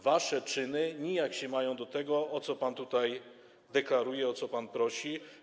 Wasze czyny nijak się mają do tego, co pan tutaj deklaruje, o co pan prosi.